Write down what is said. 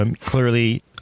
clearly